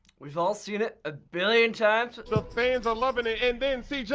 we've all seen it a billion times. the fans are loving it. and then c. j.